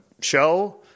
show